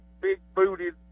big-booted